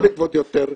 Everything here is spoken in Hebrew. לא לגבות יותר,